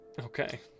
Okay